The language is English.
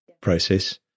process